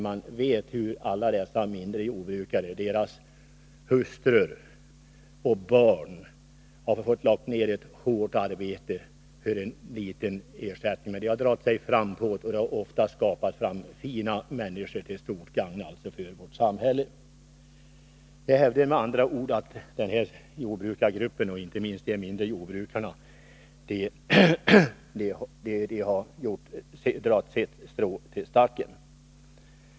Man vet ju hur alla dessa småjordbrukare, deras hustrur och deras barn har fått lägga ner hårt arbete för en liten ersättning. Men de har dragit sig fram på det, aldrig legat samhället till last, och det har ofta skapat fina människor, till stort gagn för vårt samhälle. Jag hävdar med andra ord att denna grupp, inte minst de mindre jordbrukarna, har dragit sitt strå till stacken.